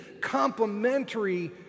complementary